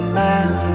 man